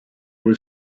was